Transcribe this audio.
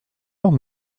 heure